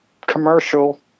commercial